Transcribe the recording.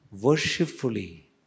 worshipfully